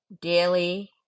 daily